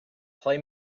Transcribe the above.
play